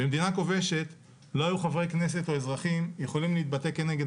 במדינה כובשת לא היו חברי כנסת או אזרחים יכולים להתבטא נגד